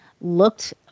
looked